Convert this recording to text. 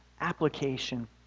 application